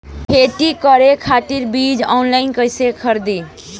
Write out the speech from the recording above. खेती करे खातिर बीज ऑनलाइन कइसे खरीदी?